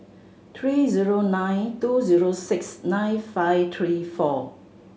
three zero nine two zero six nine five three four